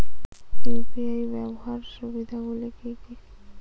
UPI ব্যাবহার সুবিধাগুলি কি কি?